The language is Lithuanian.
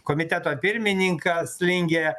komiteto pirmininkas lingė